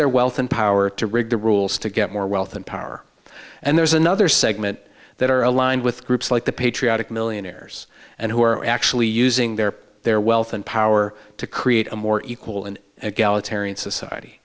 their wealth and power to rig the rules to get more wealth and power and there's another segment that are aligned with groups like the patriotic millionaires and who are actually using their their wealth and power to create a more equal